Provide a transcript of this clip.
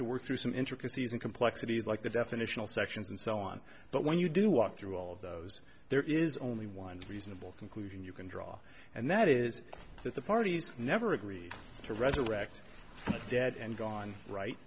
to work through some intricacies and complexities like the definitional sections and so on but when you do walk through all of those there is only one reasonable conclusion you can draw and that is that the parties never agreed to resurrect the dead and gone right